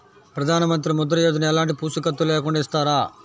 ప్రధానమంత్రి ముద్ర యోజన ఎలాంటి పూసికత్తు లేకుండా ఇస్తారా?